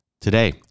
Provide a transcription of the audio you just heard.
Today